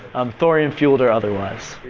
um thorium fuelled or otherwise.